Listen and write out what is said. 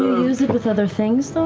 use it with other things, so